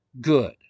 Good